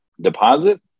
deposit